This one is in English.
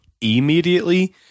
immediately